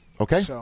Okay